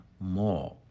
more